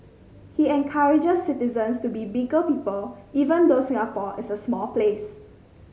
he encourages citizens to be bigger people even though Singapore is a small place